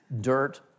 dirt